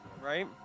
right